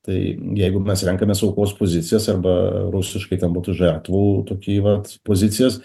tai jeigu mes renkamės aukos pozicijas arba rusiškai ten būtų žertvų tokį vat pozicijas